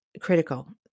critical